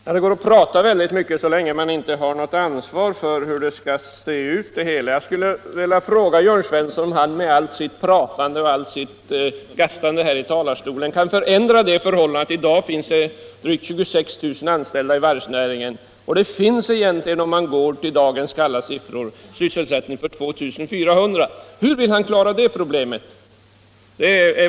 Herr talman! Det går att prata mycket, så länge man inte har något ansvar för hur det hela skall se ut. Jag skulle vilja fråga Jörn Svensson om han med allt sitt pratande och gastande i talarstolen kan förändra det förhållandet att i dag finns drygt 26 000 anställda i varvsnäringen, men att det finns —- om man går till dagens kalla siffror — sysselsättning för 2400. Hur vill han klara det problemet?